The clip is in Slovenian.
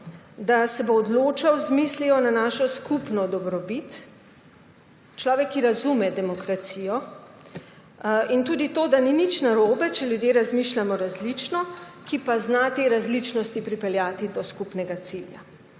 da se bo odločal z mislijo na našo skupno dobrobit. Človek, ki razume demokracijo. In tudi to, da ni nič narobe, če ljudje razmišljamo različno, ki pa zna te različnosti pripeljati do skupnega cilja.